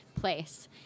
place